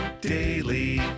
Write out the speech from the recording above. daily